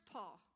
Paul